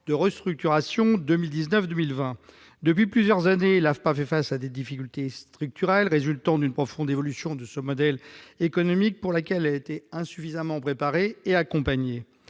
de restructuration 2019-2020. Depuis plusieurs années, l'AFPA fait face à des difficultés structurelles résultant d'une profonde évolution de son modèle économique à laquelle elle avait été insuffisamment préparée et accompagnée.